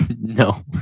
No